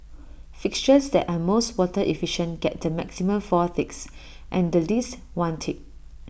fixtures that are most water efficient get the maximum four ticks and the least one tick